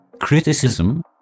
Criticism